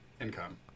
income